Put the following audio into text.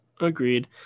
Agreed